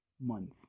month